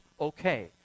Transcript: okay